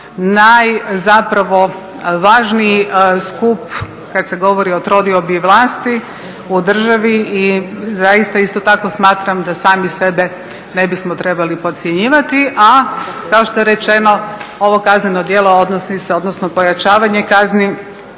zapravo skup kad se govori o trodiobi vlasti u državi. I zaista isto tako smatram da sami sebe ne bismo trebali podcjenjivati, a kao što je rečeno ovo kazneno djelo odnosi se, odnosno pojačavanje kazni